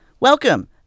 Welcome